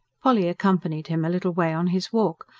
polly accompanied him a little way on his walk.